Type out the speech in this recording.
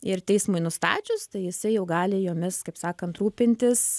ir teismui nustačius tai jisai jau gali jomis kaip sakant rūpintis